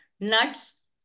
nuts